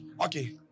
Okay